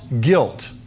guilt